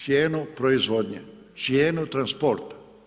Cijenu proizvodnje, cijenu transporta.